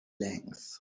length